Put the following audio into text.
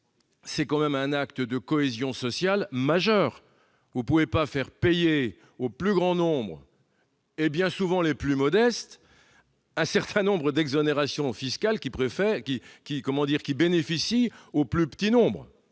est tout de même un acte de cohésion sociale majeur. Vous ne pouvez pas faire payer au plus grand nombre, et bien souvent aux plus modestes, un certain nombre d'exonérations fiscales qui bénéficient au plus petit nombre.